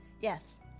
yes